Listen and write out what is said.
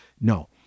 No